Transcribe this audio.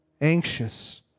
anxious